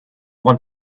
want